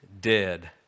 dead